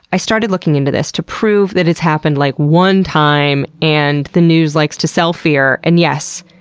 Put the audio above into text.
i started looking into this to prove that it's happened like, one time and the news likes to sell fear. and yes,